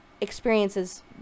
Experiences